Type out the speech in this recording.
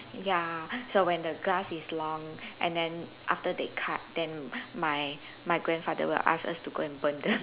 ya so when the grass is long and then after they cut then my my grandfather will ask us to go and burn the